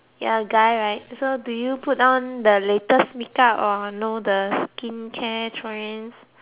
you are a guy right so do you put down the latest make-up or know the skincare trends